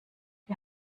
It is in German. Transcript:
wir